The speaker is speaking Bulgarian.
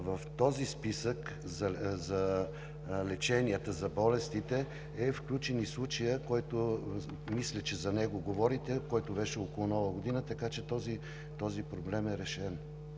В този списък за леченията, за болестите е включен и случаят, за който мисля, че говорите, който беше около Нова година, така че този проблем е решен.